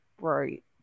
right